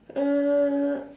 uh